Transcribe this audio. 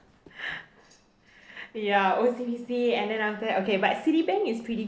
ya O_C_B_C and then after that okay but Citibank is pretty